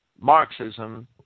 Marxism